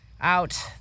out